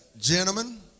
Gentlemen